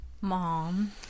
Mom